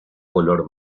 color